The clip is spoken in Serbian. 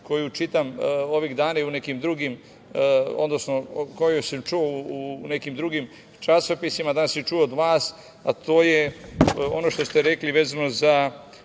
koju čitam ovih dana i u nekim drugim, odnosno koju sam čuo u nekim drugim časopisima, čuo sam od vas, a to je ono što ste rekli vezano za